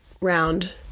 round